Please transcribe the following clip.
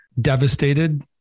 devastated